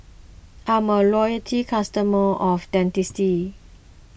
I'm a loyalty customer of Dentiste